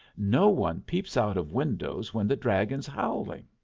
no one peeps out of windows when the dragon's howling.